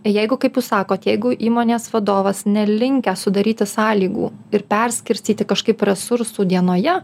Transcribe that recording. jeigu kaip jūs sakot jeigu įmonės vadovas nelinkę sudaryti sąlygų ir perskirstyti kažkaip resursų dienoje